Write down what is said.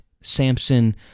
Samson